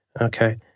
Okay